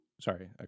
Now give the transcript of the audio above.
sorry